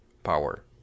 power